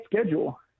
schedule